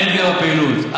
אין פגיעה בפעילות.